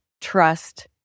trust